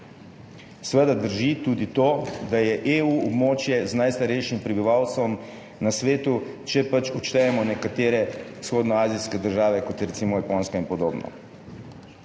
Seveda drži tudi to, da je območje EU območje z najstarejšim prebivalstvom na svetu, če pač odštejemo nekatere vzhodnoazijske države, kot je recimo Japonska in podobno.